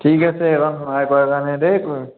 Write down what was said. ঠিক আছে দেই